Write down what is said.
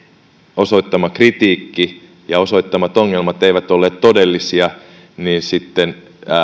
osoittama kritiikki ja osoittamat ongelmat eivät olleet todellisia niin sitten